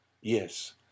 Yes